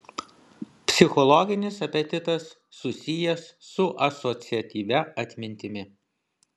psichologinis apetitas susijęs su asociatyvia atmintimi